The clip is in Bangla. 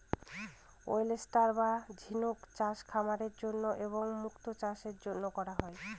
ওয়েস্টার বা ঝিনুক চাষ খাবারের জন্য এবং মুক্তো চাষের জন্য করা হয়